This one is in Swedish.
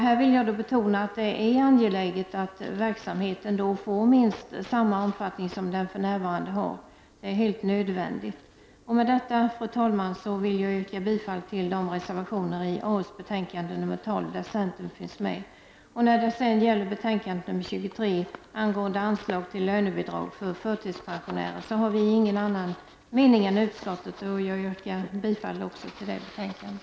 Här vill jag betona att det är angeläget — ja, helt nödvändigt — att verksamheten får minst samma omfattning som den för närvarande har. Med detta vill jag, fru talman, yrka bifall till de reservationer till AU:s betänkande nr 12 där centern finns med. När det gäller betänkande nr 23 angående anslag till lönebidrag för förtidspensionärer har vi ingen annan mening än utskottet, och jag yrkar bifall till utskottets hemställan i det betänkandet.